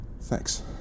Thanks